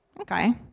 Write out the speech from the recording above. Okay